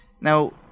Now